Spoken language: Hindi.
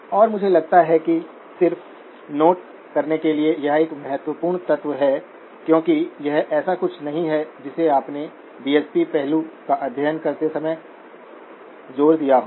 और मुझे लगता है कि सिर्फ नोट करने के लिए यह एक महत्वपूर्ण तत्व है क्योंकि यह ऐसा कुछ नहीं है जिसे आपने डीएसपी पहलू का अध्ययन करते समय जोर दिया होगा